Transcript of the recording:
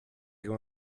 come